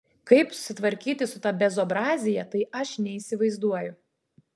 kaip susitvarkyti su ta bezobrazija tai aš neįsivaizduoju